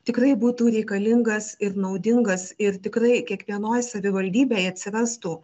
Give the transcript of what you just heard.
tikrai būtų reikalingas ir naudingas ir tikrai kiekvienoj savivaldybėj atsirastų